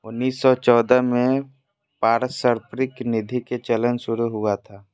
उन्नीस सौ चौदह में पारस्परिक निधि के चलन शुरू हुआ था